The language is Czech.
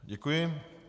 Děkuji.